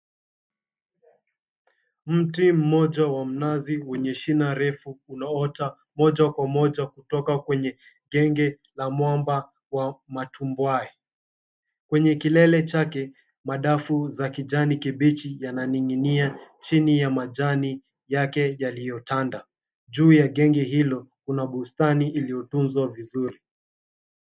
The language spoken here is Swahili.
Mti mmoja wa mnazi wenye shina refu, unaoota moja kwa moja kutoka kwenye genge la mwamba wa matumbwaye. Kwenye kilele chake, madafu za kijani kibichi yananing'inia chini ya majani yake yaliyotanda. Juu ya genge hilo kuna bustani iliyotunzwa vizuri.